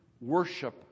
worship